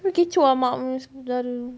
kecoh lah mak punya saudara